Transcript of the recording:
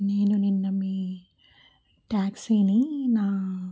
నేను నిన్న మీ ట్యాక్సీని నా